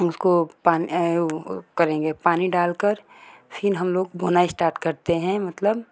उसको करेंगे पानी डाल कर फिन हम लोग बोना स्टार्ट करते हैं मतलब